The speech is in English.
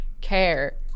care